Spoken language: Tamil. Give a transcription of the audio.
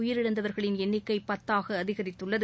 உயிரிழந்தவர்களின் எண்ணிக்கை பத்தாக அதிகரித்துள்ளது